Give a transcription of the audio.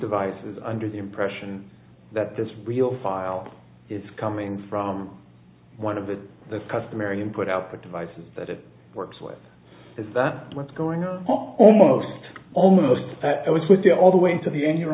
device is under the impression that this real file is coming from one of the the customary input output devices that it works with is that what's going on almost almost but i was with them all the way into the end you